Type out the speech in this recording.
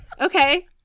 Okay